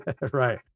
right